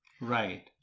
Right